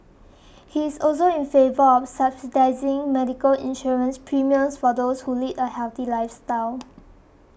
he is also in favour of subsidising medical insurance premiums for those who lead a healthy lifestyle